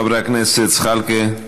חברי הכנסת זחאלקה,